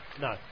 No